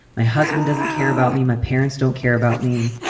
my husband doesn't care about me. my parents don't care about me.